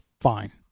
fine